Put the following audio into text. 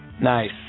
Nice